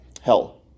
Hell